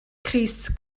crys